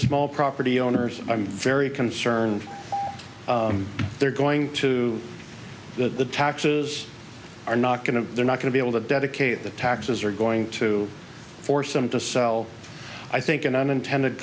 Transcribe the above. small property owners i'm very concerned they're going to the taxes are not going to they're not going to be able to dedicate the taxes are going to force them to sell i think an unintended